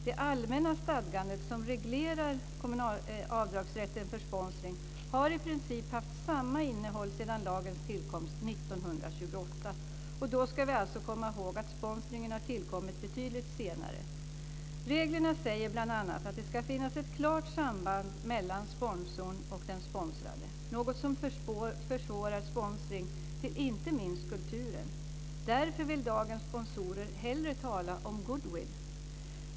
Det allmänna stadgandet som reglerar avdragsrätten för sponsring har i princip haft samma innehåll sedan lagens tillkomst 1928. Och då ska vi alltså komma ihåg att sponsringen har tillkommit betydligt senare. Reglerna säger bl.a. att det ska finnas ett klart samband mellan sponsorn och den sponsrade, något som försvårar sponsring till inte minst kulturen. Därför vill dagens sponsorer hellre tala om goodwill.